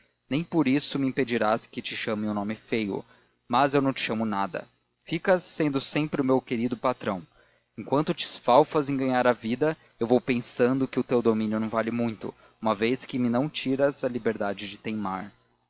nem por isso me impedirás que te chame um nome feio mas eu não te chamo nada ficas sendo sempre o meu querido patrão enquanto te esfalfas em ganhar a vida eu vou pensando que o teu domínio não vale muito uma vez que me não tiras a liberdade de teimar